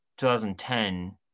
2010